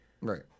Right